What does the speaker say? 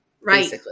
Right